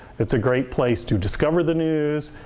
it's a great place to discover the news,